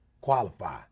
qualify